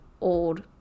old